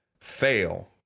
fail